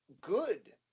good